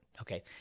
Okay